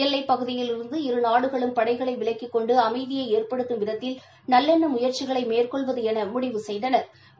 எல்லைப் பகுதியிலிருந்து இரு நாடுகளும் படைகளை விலக்கிக் கொண்டு அமைதியை ஏற்படுத்தும் விதத்தில் நல்லெண்ண முயற்சிகளை மேற்கொள்வது என முடிவு செய்தனா்